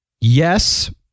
yes